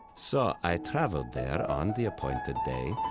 so i traveled there on the appointed day,